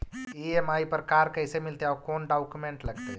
EMI पर car कैसे मिलतै औ कोन डाउकमेंट लगतै?